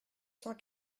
cent